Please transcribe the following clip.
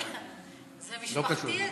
זה משפחתי אצלם.